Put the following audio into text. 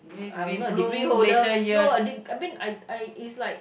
I'm not a degree holder no deg~ I mean I I it's like